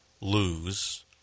lose